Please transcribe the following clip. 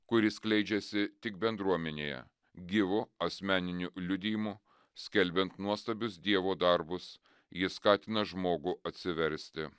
kuri skleidžiasi tik bendruomenėje gyvu asmeniniu liudijimu skelbiant nuostabius dievo darbus jis skatina žmogų atsiversti